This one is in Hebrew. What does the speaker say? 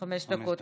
חמש דקות.